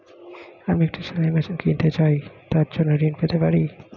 আমি একটি সেলাই মেশিন কিনতে চাই তার জন্য ঋণ পেতে পারি?